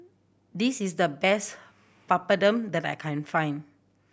this is the best Papadum that I can find